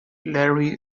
larry